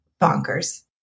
bonkers